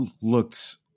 looked